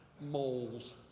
moles